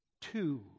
two